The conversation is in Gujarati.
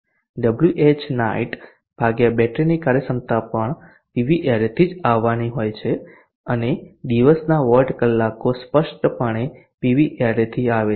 Whnight ભાગ્યા બેટરીની કાર્યક્ષમતા પણ પીવી એરેથી જ આવવાની હોય છે અને દિવસના વોટ કલાકો સ્પષ્ટપણે પીવી એરેથી આવે છે